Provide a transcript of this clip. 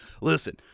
listen